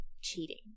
cheating